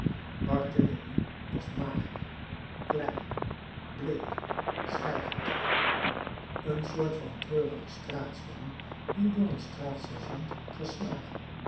was barthélemy was mager klein bleek zwijgend een soort van treurige straatjongen die door een stadssergeant geslagen